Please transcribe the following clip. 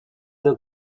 the